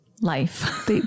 life